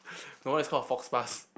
my one is called a faux pas